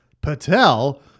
Patel